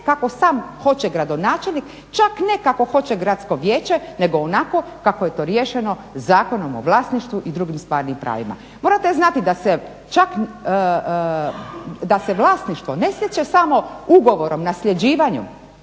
kako sam hoće gradonačelnik, čak ne kako hoće Gradsko vijeće, nego onako kako je to riješeno Zakonom o vlasništvu i drugim stvarnim pravima. Morate znati da se čak, da se vlasništvo ne stječe samo ugovorom, nasljeđivanjem